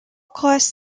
class